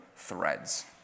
threads